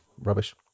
rubbish